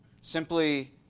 simply